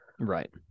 Right